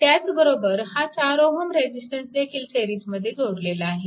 त्याच बरोबर हा 4Ω रेजिस्टन्स देखील सिरीजमध्ये जोडलेला आहे